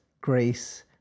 grace